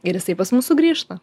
ir jisai pas mus sugrįžta